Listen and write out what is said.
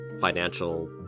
financial